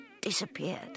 disappeared